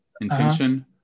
intention